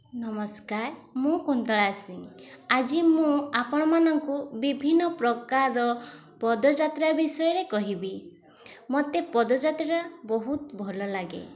ନମସ୍କାର ମୁଁ କୁନ୍ତଳା ସିଂ ଆଜି ମୁଁ ଆପଣମାନଙ୍କୁ ବିଭିନ୍ନପ୍ରକାର ପଦଯାତ୍ରା ବିଷୟରେ କହିବି ମୋତେ ପଦଯାତ୍ରା ବହୁତ ଭଲ ଲାଗେ